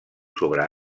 sobre